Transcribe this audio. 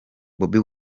bobi